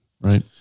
Right